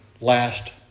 last